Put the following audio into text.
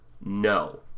No